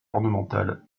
ornementales